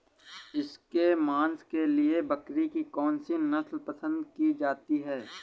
इसके मांस के लिए बकरी की कौन सी नस्ल पसंद की जाती है?